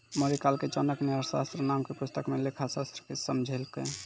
मौर्यकाल मे चाणक्य ने अर्थशास्त्र नाम के पुस्तक मे लेखाशास्त्र के समझैलकै